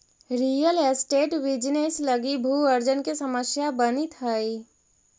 real estate business लगी भू अर्जन के समस्या बनित हई